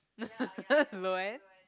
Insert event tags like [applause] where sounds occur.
[laughs] Loann